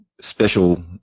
special